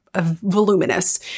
Voluminous